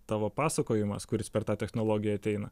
tavo pasakojimas kuris per tą technologiją ateina